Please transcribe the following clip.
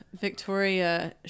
Victoria